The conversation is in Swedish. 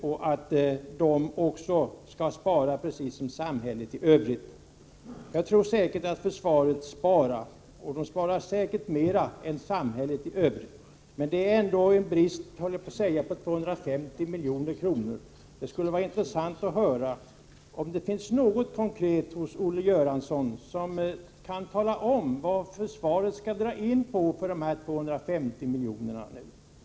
Vidare säger han att även försvaret, precis som samhället i övrigt, skall spara. Jag är förvissad om att försvaret sparar — säkert mera än samhället i övrigt. Men det finns ändå, vill jag säga, en brist på 250 milj.kr. Det skulle vara intressant att höra om Olle Göransson konkret kan säga något om vad försvaret skall dra in på när det gäller de 250 miljonerna.